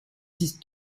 six